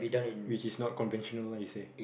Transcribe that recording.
which is not conventional like you say